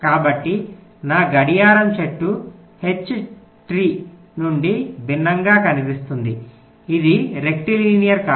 కాబట్టి నా గడియారం చెట్టు H చెట్టు నుండి భిన్నంగా కనిపిస్తుంది ఇది రెక్టిలినియర్ కాదు